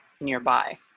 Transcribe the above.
nearby